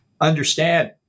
understand